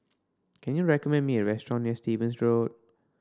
can you recommend me a restaurant near Stevens Road